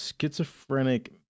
schizophrenic